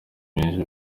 menshi